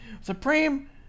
Supreme